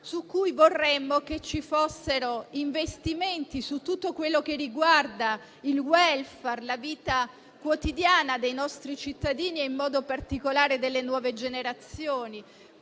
quale vorremmo che ci fossero investimenti su tutto quello che riguarda il *welfare*, la vita quotidiana dei nostri cittadini e in modo particolare delle nuove generazioni.